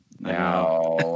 now